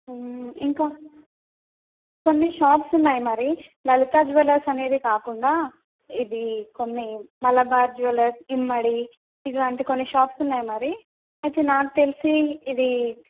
ఇంకా కొన్ని షాప్స్ ఉన్నాయి మరి లలితా జూవలర్స్ అనేవి కాకుండా ఇది కొన్ని మలబార్ జూవలర్స్ ఇమ్మడి ఇలాంటి కొన్ని షాప్స్ ఉన్నాయి మరి అయితే నాకు తెలిసి ఇది